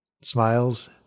smiles